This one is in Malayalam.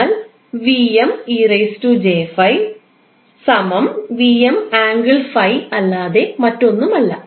എന്നാൽ അല്ലാതെ മറ്റൊന്നുമല്ല